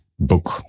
Book